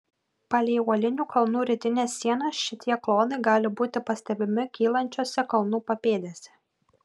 palei uolinių kalnų rytinę sieną šitie klodai gali būti pastebimi kylančiose kalnų papėdėse